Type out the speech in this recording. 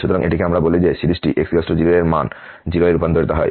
সুতরাং এটিকে আমরা বলি যে সিরিজটি x 0 এ মান 0 এ রূপান্তরিত হয়